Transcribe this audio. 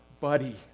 buddy